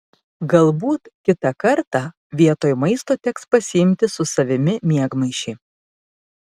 galbūt kitą kartą vietoj maisto teks pasiimti su savimi miegmaišį